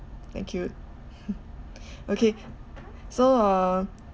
thank you okay so uh